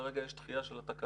כרגע יש דחייה של התקנה,